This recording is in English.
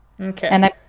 Okay